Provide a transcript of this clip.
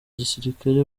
gisirikare